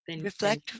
Reflect